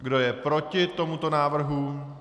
Kdo je proti tomuto návrhu?